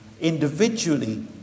Individually